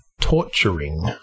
Torturing